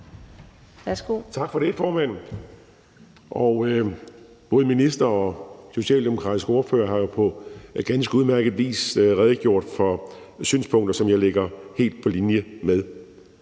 Tak for det, formand. Både ministeren og den socialdemokratiske ordfører har jo på ganske udmærket vis redegjort for synspunkter, som jeg ligger helt på linje med.